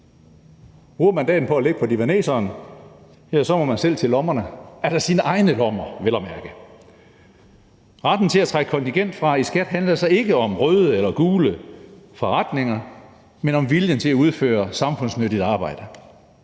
Bruger man dagen på at ligge på divaneseren, må man selv til lommerne, altså sine egne lommer vel at mærke. Retten til at trække kontingent fra i skat handler således ikke om røde eller gule fagforeninger, men om viljen til at udføre samfundsnyttigt arbejde.